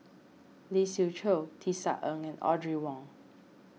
Lee Siew Choh Tisa Ng Audrey Wong